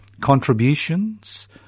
contributions